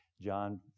John